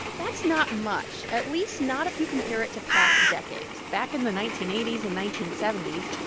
that's not much, at least not if you compare it to past decades. back in the nineteen eighty s and nineteen seventy s,